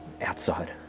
outside